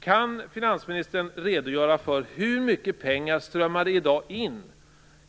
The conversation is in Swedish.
Kan finansministern redogöra för hur mycket pengar som i dag strömmar in